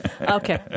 Okay